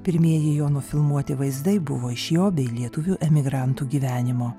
pirmieji jo nufilmuoti vaizdai buvo iš jo bei lietuvių emigrantų gyvenimo